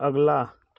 अगला